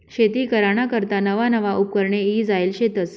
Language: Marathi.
शेती कराना करता नवा नवा उपकरणे ईजायेल शेतस